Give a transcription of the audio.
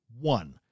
One